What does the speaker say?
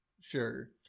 sure